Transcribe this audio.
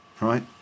right